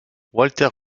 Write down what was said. walter